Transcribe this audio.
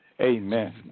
Amen